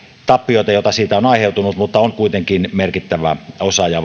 tappioita joita siitä on aiheutunut mutta on kuitenkin merkittävä osa ja